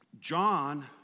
John